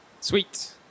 Sweet